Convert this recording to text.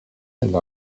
elle